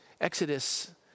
Exodus